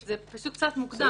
זה פשוט קצת מוקדם.